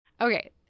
Okay